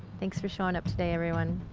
thanks for showing up today, everyone.